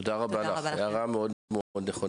תודה רבה לך, הערה מאוד נכונה.